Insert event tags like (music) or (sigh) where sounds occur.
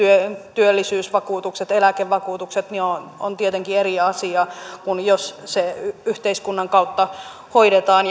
työllisyysvakuutukset eläkevakuutukset on tietenkin eri asia kuin jos ne yhteiskunnan kautta hoidetaan (unintelligible)